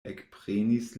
ekprenis